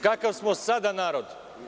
Kakav smo sada narod?